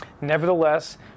nevertheless